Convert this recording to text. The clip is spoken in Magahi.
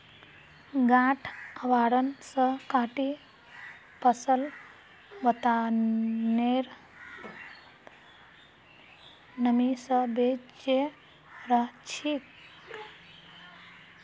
गांठ आवरण स कटी फसल वातावरनेर नमी स बचे रह छेक